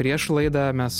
prieš laidą mes